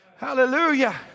Hallelujah